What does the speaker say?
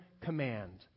command